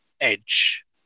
Edge